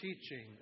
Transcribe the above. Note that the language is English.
teaching